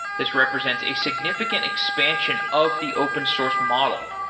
this represents a significant expansion of the open source model,